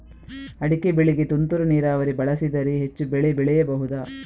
ಅಡಿಕೆ ಬೆಳೆಗೆ ತುಂತುರು ನೀರಾವರಿ ಬಳಸಿದರೆ ಹೆಚ್ಚು ಬೆಳೆ ಬೆಳೆಯಬಹುದಾ?